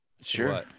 Sure